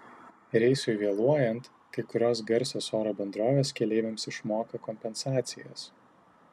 reisui vėluojant kai kurios garsios oro bendrovės keleiviams išmoka kompensacijas